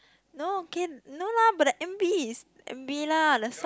no can no lah but the M_V is M_V lah the song